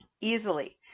easily